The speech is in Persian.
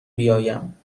بیایم